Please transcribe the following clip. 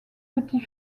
petit